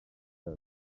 też